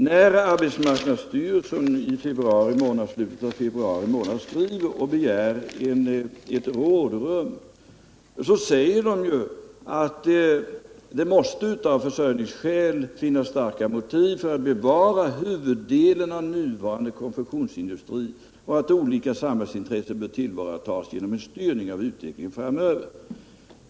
När arbetsmarknadsstyrelsen i slutet av februari skriver och begär rådrum säger man att det av försörjningsskäl måste finnas starka orsaker att bevara huvuddelen av nuvarande konfektionsindustri och att olika samhällsintressen bör tillvaratas genom styrning och utveckling framöver.